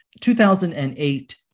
2008